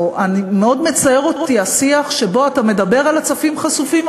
או מאוד מצער אותי השיח שבו אתה מדבר על עצבים חשופים,